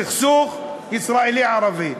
הסכסוך הישראלי ערבי.